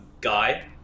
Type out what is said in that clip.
guy